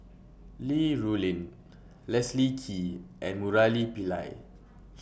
Li Rulin Leslie Kee and Murali Pillai